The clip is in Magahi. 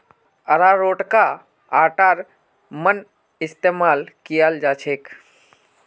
अरारोटका आटार मन इस्तमाल कियाल जाछेक